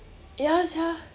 ya sia